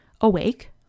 awake